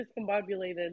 discombobulated